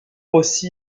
aussi